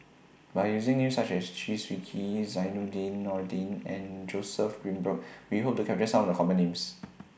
By using Names such as Chew Swee Kee Zainudin Nordin and Joseph Grimberg We Hope to capture Some of The Common Names